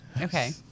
Okay